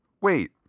wait